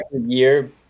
year